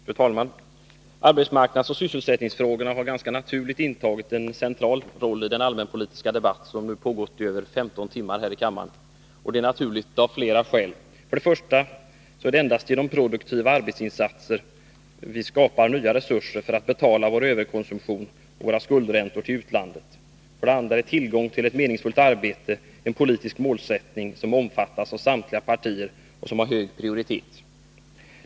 Fru talman! Arbetsmarknadsoch sysselsättningsfrågorna har ganska naturligt intagit en central roll i den allmänpolitiska debatt som nu pågått i över 15 timmar här i kammaren. Det är naturligt av flera skäl: 1. Endast genom produktiva arbetsinsatser skapar vi nya resurser för att betala vår överkonsumtion och våra skuldräntor till utlandet. 2. Tillgång till ett meningsfullt arbete är en politisk målsättning som omfattas av samtliga partier och som har hög prioritet.